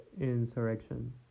Insurrection